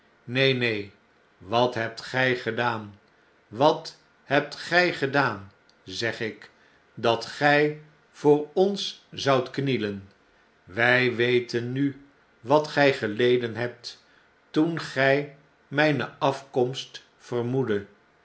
neen neen wat hebt gy gedaan wat hebt gjj gedaan zeg ik dat gy voor ons zoudt knielen wjj weten nu wat gy geleden hebt toen gjj mjjne afkomst vermoeddet